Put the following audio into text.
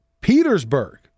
Petersburg